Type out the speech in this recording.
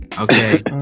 okay